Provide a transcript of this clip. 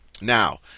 Now